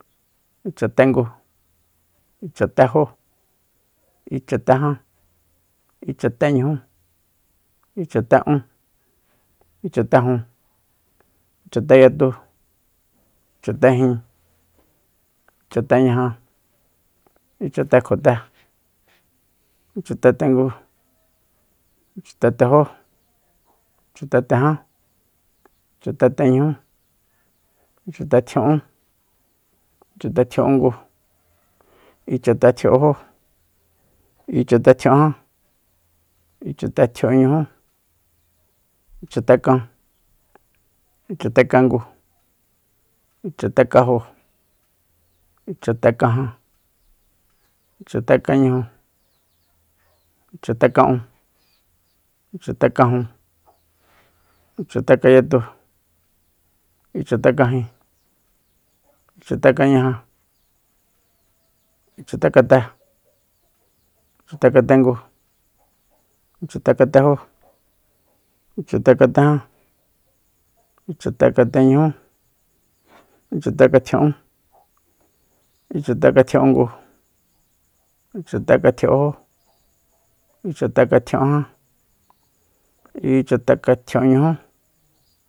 Ichatengu ichatejó ichatejan ichateñujú ichate'ún ichatejun ichateyatu ichatejin ichateñaja ichatekjote ichatetengu ichatetejó ichateteján ichateteñujú ichate tjia'ún ichatetjia'ungu ichatetjia'unjó ichatetjia'únjan ichatetjia'unñujú ichatekan ichatekangu ichatekanjo ichatekajan ichatekañuju ichateka'un ichatekajun ichatekanyatu ichatekajin ichatekañaja ichatekate ichatekatengu ichatekatejó ichatekatejan ichatekateñujú ichatekatjia'ún ichatekatjia'ungu ichatekatjia'unjó ichatekatjia'unjan ichatekatjia'unñujú